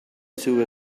two